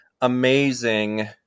amazing